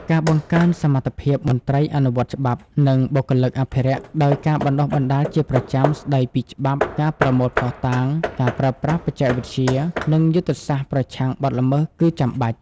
ការបង្កើនសមត្ថភាពមន្ត្រីអនុវត្តច្បាប់ និងបុគ្គលិកអភិរក្សដោយ ការបណ្តុះបណ្តាលជាប្រចាំស្តីពីច្បាប់ ការប្រមូលភស្តុតាង ការប្រើប្រាស់បច្ចេកវិទ្យា និងយុទ្ធសាស្ត្រប្រឆាំងបទល្មើស គឺចាំបាច់។